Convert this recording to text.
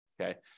Okay